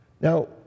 Now